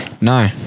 No